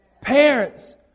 Parents